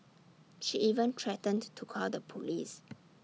she even threatened to call the Police